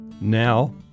Now